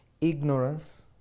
ignorance